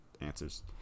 answers